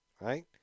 right